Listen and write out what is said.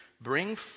Bring